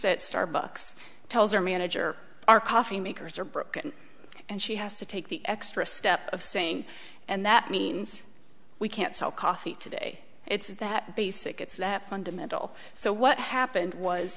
reset starbucks tells their manager our coffee makers are broken and she has to take the extra step of saying and that means we can't sell coffee today it's that basic it's that fundamental so what happened was